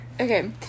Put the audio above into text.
Okay